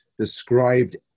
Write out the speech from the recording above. described